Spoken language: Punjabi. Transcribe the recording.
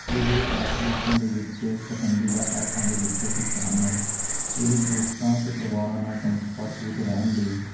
ਇਹ ਐਪ ਲੋਕਾਂ ਦੇ ਵਿੱਚ ਪਸੰਦੀਦਾ ਐਪਾਂ ਦੇ ਵਿੱਚੋਂ ਇੱਕ ਹਨ ਇਹ ਦੋਸਤਾਂ ਅਤੇ ਪਰਿਵਾਰਾਂ ਨਾਲ ਸੰਪਰਕ ਵਿੱਚ ਰਹਿਣ ਲਈ